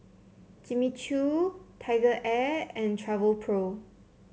Jimmy Choo TigerAir and Travelpro